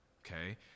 Okay